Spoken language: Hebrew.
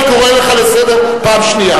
אני קורא אותך לסדר פעם שנייה.